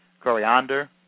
coriander